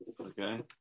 Okay